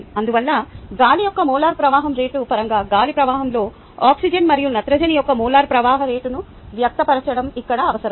అందువల్ల గాలి యొక్క మోలార్ ప్రవాహం రేటు పరంగా గాలి ప్రవాహంలో ఆక్సిజన్ మరియు నత్రజని యొక్క మోలార్ ప్రవాహ రేటును వ్యక్తపరచడం ఇక్కడ అవసరం